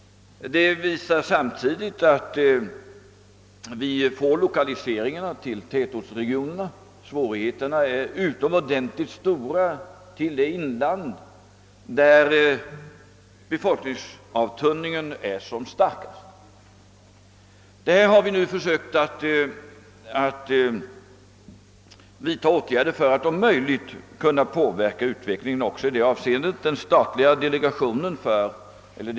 Det visar att lokaliseringarna görs till tätortsregionerna och att svårigheterna är utomordentligt stora beträffande det inland där befolkningsuttunningen är starkast. Vi har nu försökt vidtaga åtgärder för att om möjligt kunna påverka utvecklingen även i detta avseende.